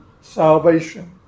salvation